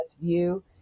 view